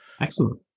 Excellent